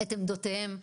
ואת עמדותיהם,